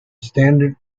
standard